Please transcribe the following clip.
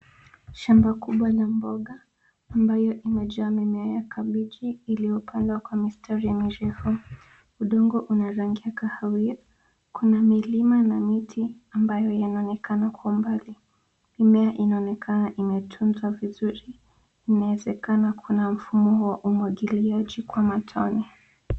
Shamba kubwa la mboga ambayo imejaa mimea ya kabeji iliyopandwa kwa mistari mirefu. Udongo una rangi ya kahawia. Kuna milima na miti ambayo inaonekana kwa umbali. Mimea inaonekana imetunzwa vizuri. Inawezekana kuna mfumo wa umwagiliaji kwa matone.